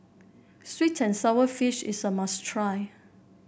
sweet and sour fish is a must try